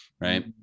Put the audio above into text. right